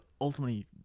ultimately